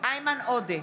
איימן עודה,